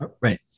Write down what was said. Right